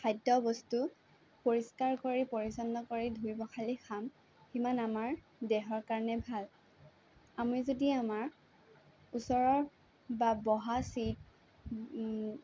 খাদ্য়বস্তু পৰিষ্কাৰ কৰি পৰিচ্ছন্ন কৰি ধুই পখালি খাম সিমান আমাৰ দেহৰ কাৰণে ভাল আমি যদি আমাৰ ওচৰৰ বা বহা ছিট